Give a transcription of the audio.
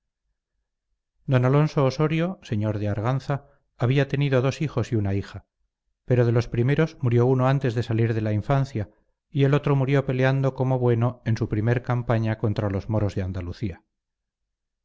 don alonso ossorio señor de arganza había tenido dos hijos y una hija pero de los primeros murió uno antes de salir de la infancia y el otro murió peleando como bueno en su primer campaña contra los moros de andalucía